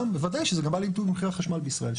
ובוודאי שזה גם בא לידי ביטוי במחירי החשמל בישראל,